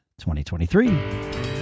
2023